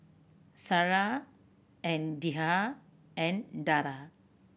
Sarah and Dhia and Dara